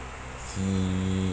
he